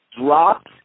dropped